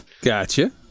Gotcha